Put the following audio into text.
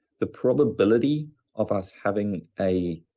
the probability of us having a